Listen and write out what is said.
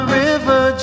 river